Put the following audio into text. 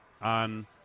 on